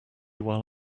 while